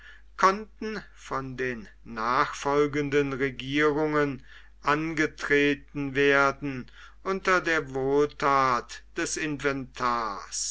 konnten von den nachfolgenden regierungen angetreten werden unter der wohltat des inventars